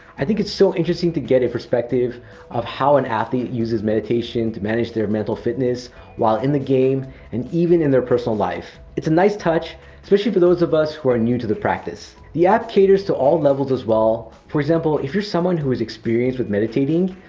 i think it's so interesting to get the perspective of how an athlete uses meditation to manage their mental fitness while in the game and even in their personal life. it's a nice touch, especially for those of us who are new to the practice. the app caters to all levels as well. for example, if you're someone who is experienced with meditating,